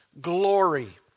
glory